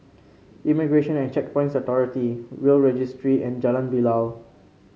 Immigration and Checkpoints Authority Will's Registry and Jalan Bilal